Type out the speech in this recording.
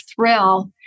thrill